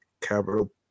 capital